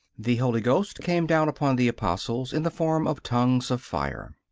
the holy ghost came down upon the apostles in the form of tongues of fire.